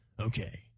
okay